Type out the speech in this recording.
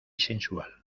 sensual